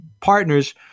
partners